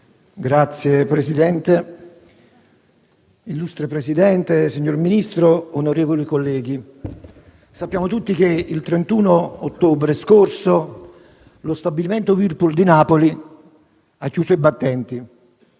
*(IV-PSI)*. Illustre Presidente, signor Ministro, onorevoli colleghi, sappiamo tutti che il 31 ottobre scorso lo stabilimento Whirlpool di Napoli ha chiuso i battenti